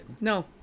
No